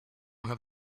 have